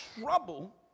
trouble